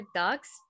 dogs